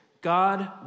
God